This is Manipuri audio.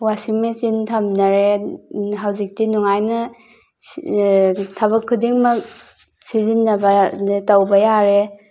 ꯋꯥꯁꯤꯡ ꯃꯦꯆꯤꯟ ꯊꯝꯅꯔꯦ ꯍꯧꯖꯤꯛꯇꯤ ꯅꯨꯡꯉꯥꯏꯅ ꯊꯕꯛ ꯈꯨꯗꯤꯡꯃꯛ ꯁꯤꯖꯤꯟꯅꯕ ꯇꯧꯕ ꯌꯥꯔꯦ